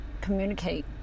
communicate